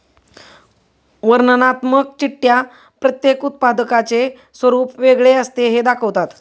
वर्णनात्मक चिठ्ठ्या प्रत्येक उत्पादकाचे स्वरूप वेगळे असते हे दाखवतात